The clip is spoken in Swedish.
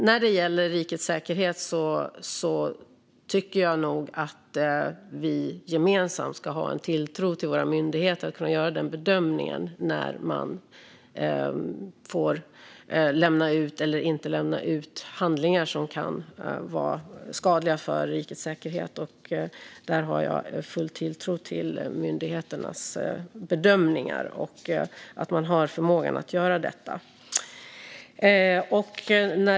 När det gäller rikets säkerhet tycker jag nog att vi gemensamt ska ha en tilltro till våra myndigheter att de kan göra bedömningen av när man ska respektive inte ska få lämna ut handlingar som kan vara skadliga för rikets säkerhet. Jag har full tilltro till myndigheternas bedömningar och deras förmåga att göra detta.